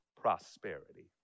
prosperity